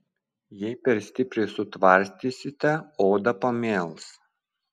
jei per stipriai sutvarstysite oda pamėls